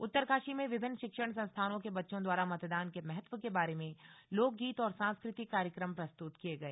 उत्तरकाशी में विभिन्न शिक्षण संस्थानों के बच्चों द्वारा मतदान के महत्व के बारे में लोकगीत और सांस्कृतिक कार्यक्रम प्रस्तुत किए गए